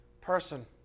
person